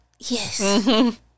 yes